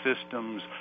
systems